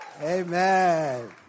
Amen